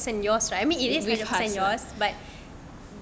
yours right I mean it is hundred percent yours but